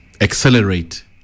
accelerate